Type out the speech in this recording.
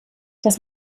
das